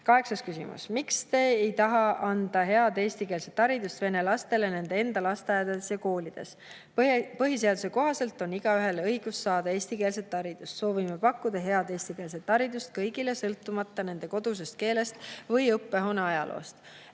Kaheksas küsimus: "Miks ei taha te anda head eestikeelset haridust vene lastele nende enda lasteaedades ja koolides?" Põhiseaduse kohaselt on igaühel õigus saada eestikeelset haridust. Soovime pakkuda head eestikeelset haridust kõigile, sõltumata nende kodusest keelest või õppehoone ajaloost.